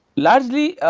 largely,